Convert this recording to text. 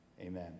amen